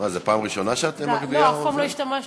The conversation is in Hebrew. אנחנו עוברים